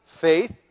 faith